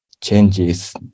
changes